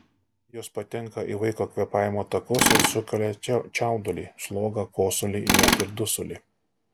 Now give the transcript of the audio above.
jos patenka į vaiko kvėpavimo takus ir sukelia čiaudulį slogą kosulį net ir dusulį